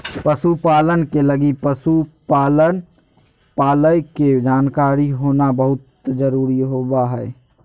पशु पालन के लगी पशु पालय के जानकारी होना बहुत जरूरी होबा हइ